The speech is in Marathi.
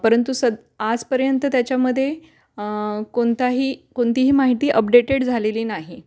परंतु सद आजपर्यंत त्याच्यामध्ये कोणताही कोणतीही माहिती अपडेटेड झालेली नाही